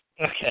Okay